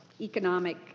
economic